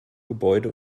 gebäude